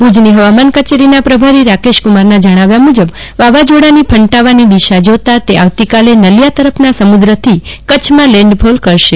ભુજની ફવામાન કચેરીના પ્રભારી રાકેશકુમારના જણાવ્યા મુજબ વાવાઝોડાની ફંટાવાની દિશા જોતાં તે આવતીકાલે નલિયા તરફના સમુક્રથી કચ્છમાં લેન્ડફોલ કરશે